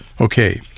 Okay